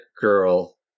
girl